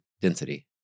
density